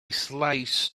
slice